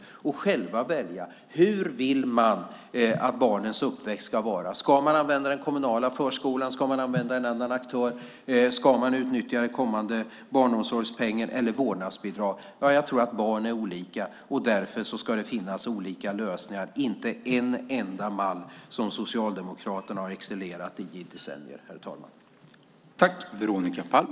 De ska själva kunna välja hur de vill att barnens uppväxt ska vara - om man ska använda den kommunala förskolan eller en annan aktör och om man ska utnyttja den kommande barnomsorgspengen eller vårdnadsbidraget. Barn är olika och därför ska det finnas olika lösningar, inte endast en som Socialdemokraterna i decennier excellerat i.